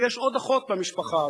ויש עוד אחות במשפחה הזאת,